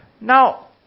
Now